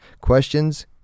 questions